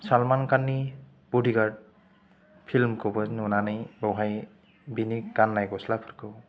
सालमान खाननि बदिगार्द फिल्म खौबो नुनानै बहाय बेनि गान्नाय गस्लाफोरखौ